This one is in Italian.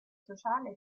sociale